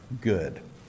good